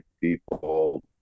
people